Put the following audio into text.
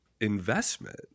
investment